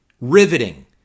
riveting